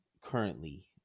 currently